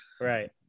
right